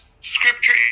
scripture